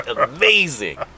amazing